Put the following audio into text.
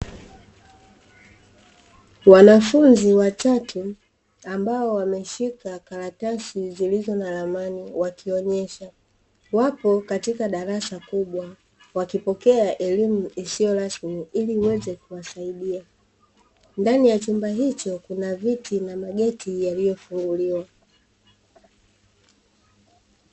Wanafunzi watatu ambao wameshika karatasi zilizo na ramani wakionyesha, wapo katika darasa kubwa wakipolea elimu isiyo rasmi ili iweze kuwasaidia, ndani ya chumba hicho kuna viti na mageti yaliyofunguliwa.